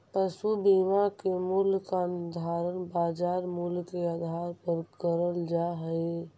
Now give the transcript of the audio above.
पशु बीमा के मूल्य का निर्धारण बाजार मूल्य के आधार पर करल जा हई